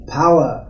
power